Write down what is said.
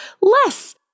less